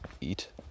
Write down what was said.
eat